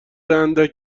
اندک